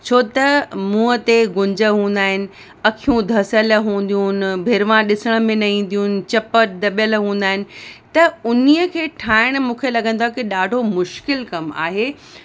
छो त मूंहं ते गुंज हूंदा आहिनि अखियूं धसियल हुंदियूं आहिनि भिरमां ॾिसण में न ईंदियूं आहिनि चप दॿियल हूंदा आहिनि त उन्हीअ खे मूंखे लॻंदो आहे के ॾाढो मुश्किल कमु आहे